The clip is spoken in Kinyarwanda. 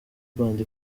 rwanda